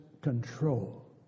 control